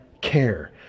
care